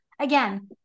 again